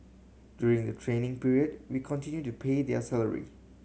during the training period we continue to pay their salary